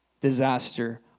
disaster